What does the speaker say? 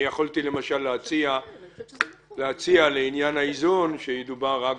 אני למשל יכולתי להציע לעניין האיזון שידובר רק